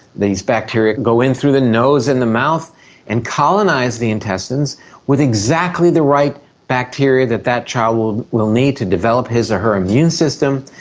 these bacteria go in through the nose and the mouth and colonise the intestines with exactly the right bacteria that that child will need to develop his or her immune system,